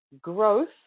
growth